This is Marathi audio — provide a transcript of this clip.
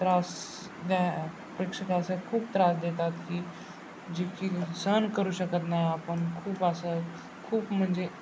त्रास द्या प्रेक्षक असं खूप त्रास देतात की जे की सहन करू शकत नाही आपण खूप असं खूप म्हणजे